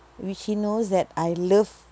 which he knows that I love